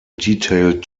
detailed